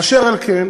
אשר על כן,